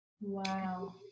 Wow